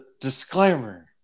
disclaimer